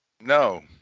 No